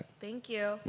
thank you.